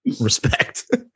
respect